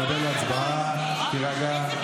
תקבל הצבעה, הירגע.